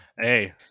Hey